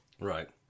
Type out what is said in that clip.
right